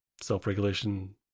self-regulation